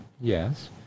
Yes